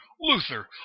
Luther